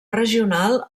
regional